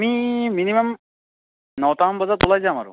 আমি মিনিমাম নটামান বজাত ওলাই যাম আৰু